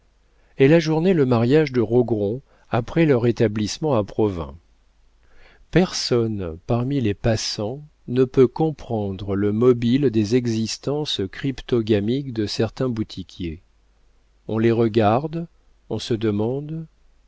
elle ajournait le mariage de rogron après leur établissement à provins personne parmi les passants ne peut comprendre le mobile des existences cryptogamiques de certains boutiquiers on les regarde on se demande